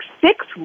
six